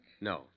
No